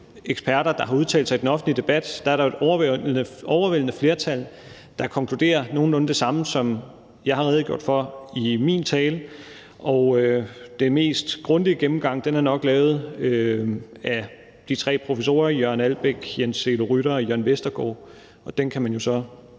eksperter, der har udtalt sig i den offentlige debat; det synes jeg da er relevant. Der er jo et overvældende flertal, der konkluderer nogenlunde det samme, som jeg har redegjort for i min tale. Og den mest grundige gennemgang er nok lavet af de tre professorer Jørgen Albæk Jensen, Jens Elo Rytter og Jørn Vestergaard, og den kan man jo så